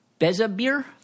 Bezabir